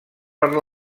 per